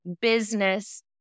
business